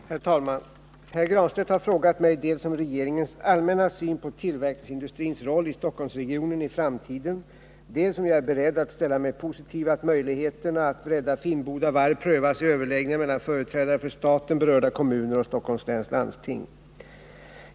Herr talman! Pär Granstedt har frågat mig dels om regeringens allmänna syn på tillverkningsindustrins roll i Stockholmsregionen i framtiden, dels om jag är beredd att ställa mig positiv till att möjligheterna att rädda Finnboda varv prövas i överläggningar mellan företrädare för staten, berörda kommuner och Stockholms läns landsting.